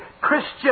Christian